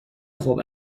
خوب